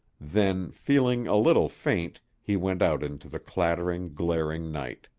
then, feeling a little faint, he went out into the clattering, glaring night.